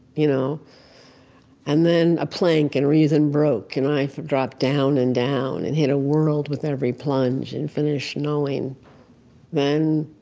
you know and then a plank in reason, broke, and i dropped down, and down and hit a world with every plunge and finished knowing then.